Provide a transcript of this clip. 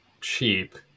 cheap